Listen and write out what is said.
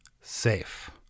Safe